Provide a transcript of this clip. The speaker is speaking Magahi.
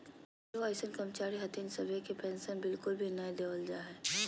ढेरो अइसन कर्मचारी हथिन सभे के पेन्शन बिल्कुल भी नय देवल जा हय